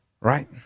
Right